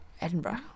Edinburgh